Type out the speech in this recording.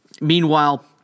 Meanwhile